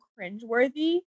cringeworthy